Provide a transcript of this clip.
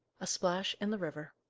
a splash in the river.